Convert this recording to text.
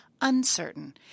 uncertain